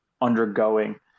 undergoing